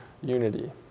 unity